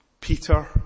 Peter